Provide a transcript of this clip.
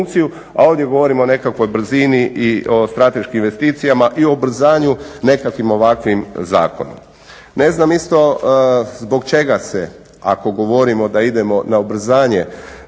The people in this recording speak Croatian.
A ovdje govorim o nekakvoj brzini i o strateškim investicijama i o ubrzanju nekakvim ovakvim zakonom. Ne znam isto zbog čega se ako govorimo da idemo na ubrzanje